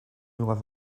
live